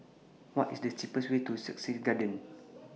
What IS The cheapest Way to Sussex Garden